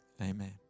amen